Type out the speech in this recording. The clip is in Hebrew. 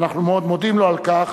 ואנחנו מאוד מודים לו על כך,